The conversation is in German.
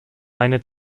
eine